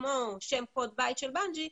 כמו הבית של בנג'י,